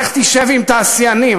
לך תשב עם תעשיינים.